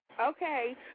Okay